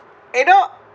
you know